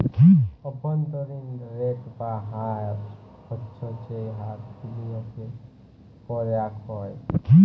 অব্ভন্তরীন রেট বা হার হচ্ছ যেই হার বিলিয়গে করাক হ্যয়